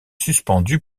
suspendu